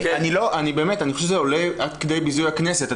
אני חושב שזה עולה כדי ביזיון הכנסת.